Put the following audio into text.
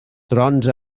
trons